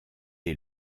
est